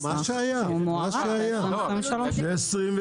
והוא מוארך עד 2023. מה שהיה,